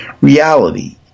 reality